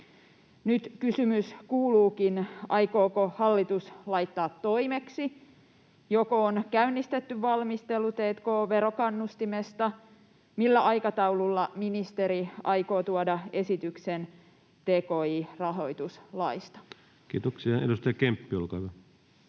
Nyt kysymys kuuluukin: Aikooko hallitus laittaa toimeksi? Joko on käynnistetty valmistelu t&k-verokannustimesta? Millä aikataululla ministeri aikoo tuoda esityksen tki-rahoituslaista? Kiitoksia. — Edustaja Kemppi, olkaa hyvä.